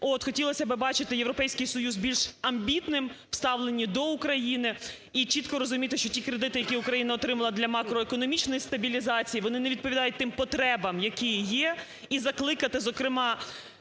Хотілося би бачити Європейський Союз більш амбітним в ставленні до України, і чітко розуміти, що ті кредити, які Україна отримала для макроекономічної стабілізації, вони не відповідають тим потребам, які є. І закликати, зокрема